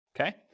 okay